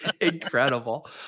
Incredible